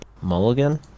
mulligan